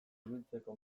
ibiltzeko